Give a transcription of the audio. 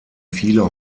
viele